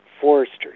foresters